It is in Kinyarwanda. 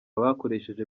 bakoresheje